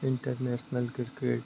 international cricket